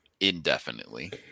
indefinitely